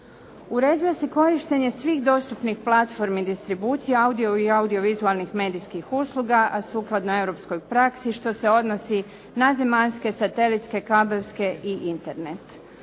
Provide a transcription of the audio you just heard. Uređuje se korištenje svih dostupnih platformi distribucije audio i audiovizualnih medijskih usluga, a sukladno europskoj praksi što se odnosi na zemaljske, satelitske, kabelske i Internet.